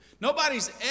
Nobody's